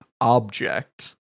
object